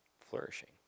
flourishing